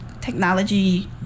technology